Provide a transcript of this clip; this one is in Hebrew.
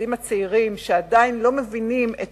המפקדים הצעירים שעדיין לא מבינים את